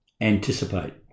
Anticipate